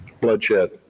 bloodshed